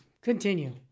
Continue